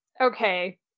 okay